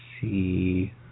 see